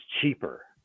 cheaper